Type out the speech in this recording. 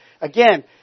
Again